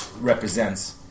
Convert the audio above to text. represents